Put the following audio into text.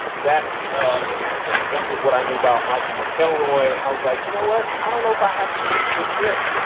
that in conjunction with what i knew about michael mcelroy. i was like, you know what, i don't know if i have to stick to this script.